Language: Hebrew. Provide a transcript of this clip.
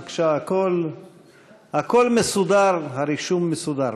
בבקשה, הכול מסודר, הרישום מסודר.